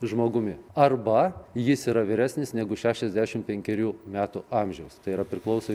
žmogumi arba jis yra vyresnis negu šešiasdešimt penkerių metų amžiaus tai yra priklauso